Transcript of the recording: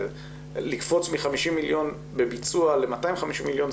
לקפוץ מ-50 מיליון בביצוע ל-250 מיליון,